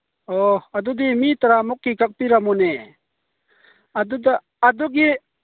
ꯑꯣ ꯑꯗꯨꯗꯤ ꯃꯤ ꯇꯔꯥꯃꯨꯛꯀꯤ ꯀꯛꯄꯤꯔꯝꯃꯨꯅꯦ ꯑꯗꯨꯗ ꯑꯗꯨꯒꯤ